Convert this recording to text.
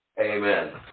Amen